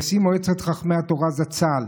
נשיא מועצת חכמי התורה זצ"ל,